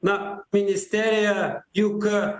na ministerija juk